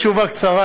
זאת תשובה קצרה.